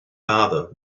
farther